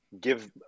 give